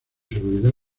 seguridad